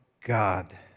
God